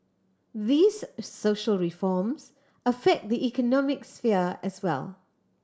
these social reforms affect the economic sphere as well